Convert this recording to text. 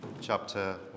chapter